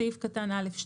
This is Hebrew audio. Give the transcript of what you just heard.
בסעיף קטן (א2),